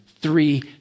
three